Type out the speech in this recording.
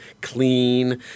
clean